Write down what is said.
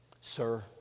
sir